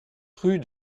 rue